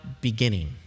beginning